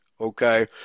okay